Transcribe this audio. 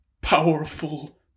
powerful